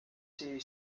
city